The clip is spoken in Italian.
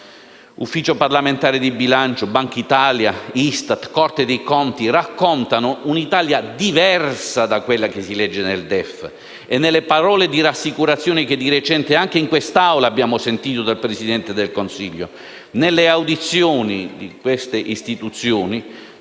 L'Ufficio parlamentare di bilancio, la Banca d'Italia, l'ISTAT e la Corte dei conti raccontano un'Italia diversa da quella che si legge nel DEF e nelle parole di rassicurazione che di recente, anche in quest'Aula, abbiamo sentito dal Presidente del Consiglio. In occasione delle audizioni